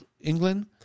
England